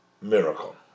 miracle